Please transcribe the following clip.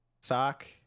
Sock